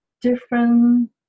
different